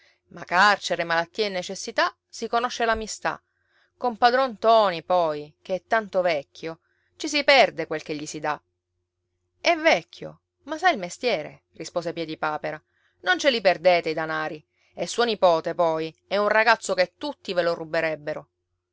ma carcere malattie e necessità si conosce l'amistà con padron ntoni poi che è tanto vecchio ci si perde quel che gli si dà è vecchio ma sa il mestiere rispose piedipapera non ce li perdete i danari e suo nipote poi è un ragazzo che tutti ve lo ruberebbero